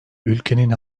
ülkenin